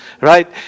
Right